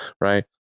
right